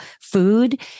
food